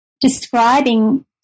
describing